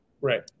Right